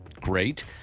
great